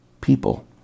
people